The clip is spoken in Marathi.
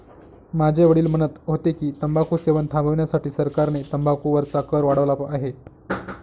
माझे वडील म्हणत होते की, तंबाखू सेवन थांबविण्यासाठी सरकारने तंबाखू वरचा कर वाढवला आहे